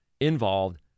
involved